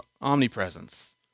Omnipresence